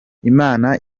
imana